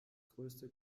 größte